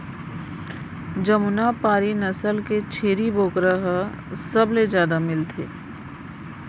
जमुना पारी नसल के छेरी बोकरा ह सबले जादा मिलथे